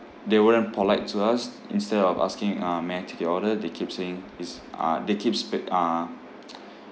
they weren't polite to us instead of asking um may I take your order they keep saying is uh they keep spit uh